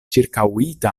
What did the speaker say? ĉirkaŭita